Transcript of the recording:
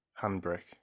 handbrake